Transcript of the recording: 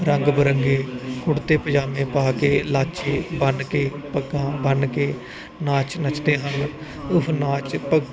ਰੰਗ ਬਰੰਗੇ ਕੁੜਤੇ ਪਜਾਮੇ ਪਾ ਕੇ ਲਾਚੇ ਬੰਨ ਕੇ ਪੱਗਾਂ ਬੰਨ ਕੇ ਨਾਚ ਨੱਚਦੇ ਹਨ ਉਹ ਨਾਚ